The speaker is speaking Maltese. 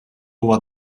huwa